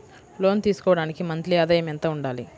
లోను తీసుకోవడానికి మంత్లీ ఆదాయము ఎంత ఉండాలి?